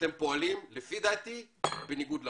אתם פועלים, לפי דעתי, בניגוד לחוק.